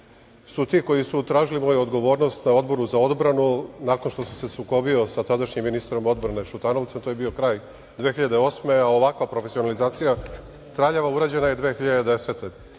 su ti koji su tražili moju odgovornost na Odboru za odbranu nakon što sam se sukobio sa tadašnjim ministrom odbrane Šutanovcem. To je bio kraj 2008. godine, a ovakva profesionalizacija traljava urađena je 2010.